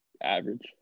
average